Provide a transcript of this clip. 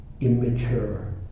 immature